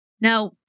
Now